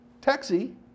taxi